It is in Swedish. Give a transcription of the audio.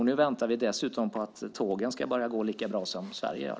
Nu väntar vi dessutom på att tågen ska börja gå lika bra som Sverige gör.